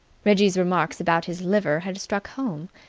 reggie's remarks about his liver had struck home,